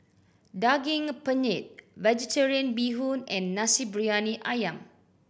Daging Penyet Vegetarian Bee Hoon and Nasi Briyani Ayam